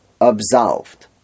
absolved